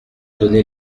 donné